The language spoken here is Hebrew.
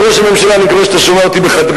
אז, ראש הממשלה, אני מקווה שאתה שומע אותי בחדרך: